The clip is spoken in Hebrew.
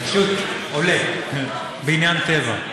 אני פשוט עולה בעניין טבע.